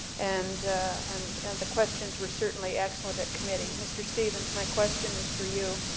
and and and the questions were certainly excellent at committee. mr. stevens, my question is for you.